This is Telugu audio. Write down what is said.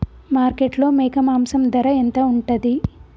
మార్కెట్లో మేక మాంసం ధర ఎంత ఉంటది?